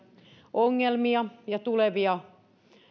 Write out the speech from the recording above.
ongelmia ja tulevia